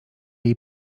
jej